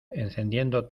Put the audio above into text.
encendiendo